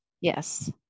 Yes